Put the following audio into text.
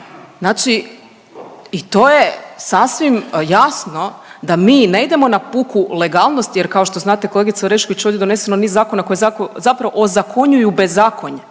znači i to je sasvim jasno da mi ne idemo na puku legalnost jer kao što znate kolegice Orešković ovdje je doneseno niz zakona koji zapravo ozakonjuju bezakonje,